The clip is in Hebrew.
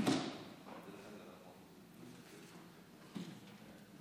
לוועדת הפנים